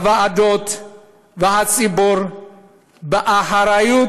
הוועדות והציבור באחריות,